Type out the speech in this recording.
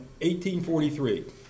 1843